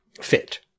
fit